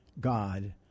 God